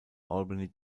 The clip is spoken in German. albany